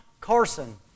Carson